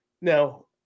Now